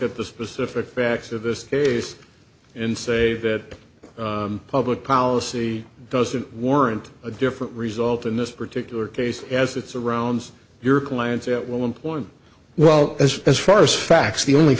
at the specific facts of this case and say that public policy doesn't warrant a different result in this particular case as it surrounds your clients at will employment well as as far as facts the only